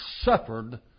suffered